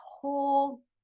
whole